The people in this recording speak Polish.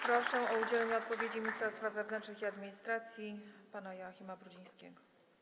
Proszę o udzielenie odpowiedzi ministra spraw wewnętrznych i administracji pana Joachima Brudzińskiego.